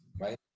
right